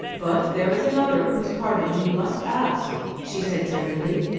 but there is another whose pardon you must ask, she said tenderly.